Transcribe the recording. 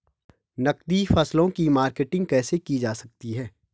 नकदी फसलों की मार्केटिंग कैसे की जा सकती है?